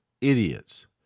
idiots